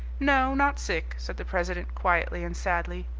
no, not sick, said the president quietly and sadly,